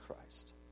Christ